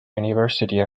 university